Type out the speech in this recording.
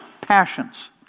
passions